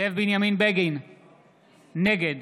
נגד